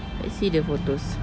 let's see the photos